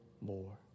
more